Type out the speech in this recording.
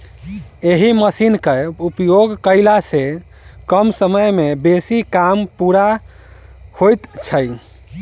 एहि मशीनक उपयोग कयला सॅ कम समय मे बेसी काम पूरा होइत छै